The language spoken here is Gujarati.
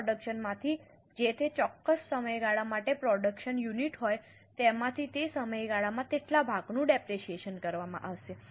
કુલ પ્રોડક્શન માંથી જે તે ચોક્કસ સમયગાળા માટે પ્રોડક્શન યુનિટ હોય તેમાંથી તે સમયગાળામાં તેટલા ભાગનું ડેપરેશીયેશન કરવામાં આવશે